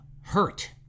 hurt